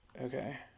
Okay